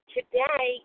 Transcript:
Today